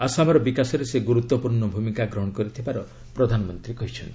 ଆସାମର ବିକାଶରେ ସେ ଗୁରୁତ୍ୱପୂର୍ଣ୍ଣ ଭୂମିକା ଗ୍ରହଣ କରିଥିବାର ପ୍ରଧାନମନ୍ତ୍ରୀ କହିଛନ୍ତି